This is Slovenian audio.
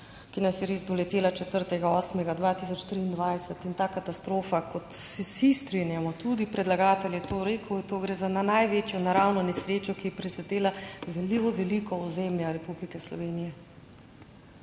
ki nas je res doletela, 4. 8. 2023, in ta katastrofa kot se vsi strinjamo, tudi predlagatelj je to rekel, to gre za največjo naravno nesrečo, ki je presedela zalilo veliko ozemlja Republike Slovenije.